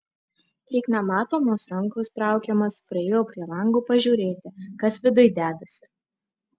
lyg nematomos rankos traukiamas priėjo prie lango pažiūrėti kas viduj dedasi